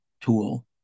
tool